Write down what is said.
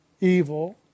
evil